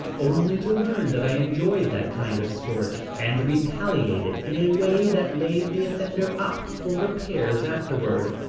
only to learn that i enjoyed that kind of sport and retaliated in a way that laid the offender up for repairs afterward.